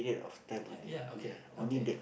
can ya okay okay